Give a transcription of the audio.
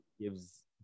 gives